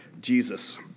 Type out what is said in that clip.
Jesus